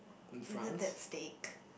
is it that steak